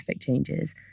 changes